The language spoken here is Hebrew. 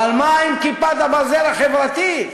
אבל מה עם "כיפת הברזל" החברתית?